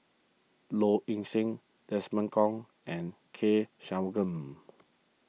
Low Ing Sing Desmond Kon and K Shanmugam